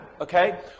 okay